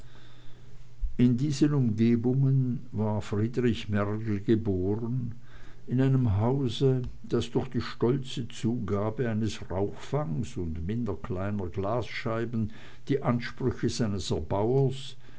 in diesen umgebungen ward friedrich mergel geboren in einem hause das durch die stolze zugabe eines rauchfangs und minder kleiner glasscheiben die ansprüche seines erbauers